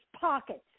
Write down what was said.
pockets